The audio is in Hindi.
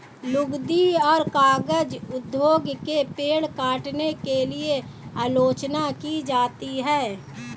लुगदी और कागज उद्योग की पेड़ काटने के लिए आलोचना की जाती है